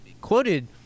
quoted